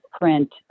print